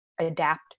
adapt